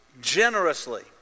generously